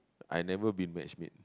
I never been matchmade